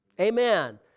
Amen